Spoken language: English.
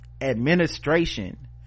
administration